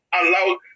allow